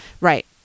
Right